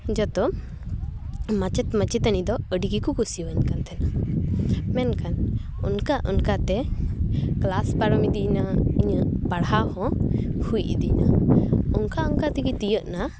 ᱡᱚᱛᱚ ᱢᱟᱪᱮᱫ ᱢᱟᱪᱮᱛᱟᱹᱱᱤ ᱫᱚ ᱟᱹᱰᱤ ᱜᱮᱠᱚ ᱠᱩᱥᱤ ᱟᱹᱧ ᱠᱟᱱ ᱛᱟᱦᱮᱱᱟ ᱢᱮᱱᱠᱷᱟᱱ ᱚᱱᱠᱟ ᱚᱱᱠᱟᱛᱮ ᱠᱮᱞᱟᱥ ᱯᱟᱨᱚᱢ ᱤᱫᱤᱭᱮᱱᱟ ᱤᱧᱟᱹᱜ ᱯᱟᱲᱦᱟᱣ ᱦᱚᱸ ᱦᱩᱭ ᱤᱫᱤᱭᱮᱱᱟ ᱚᱱᱠᱟ ᱚᱱᱠᱟᱛᱮᱜᱤ ᱛᱤᱭᱟᱹᱜ ᱮᱱᱟ